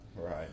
Right